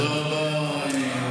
תודה רבה,